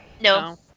No